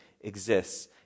exists